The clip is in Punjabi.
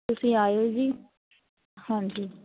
ਤੁਸੀਂ ਆਇਓ ਜੀ ਹਾਂਜੀ